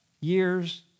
years